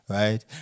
right